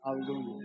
Hallelujah